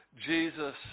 Jesus